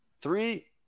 three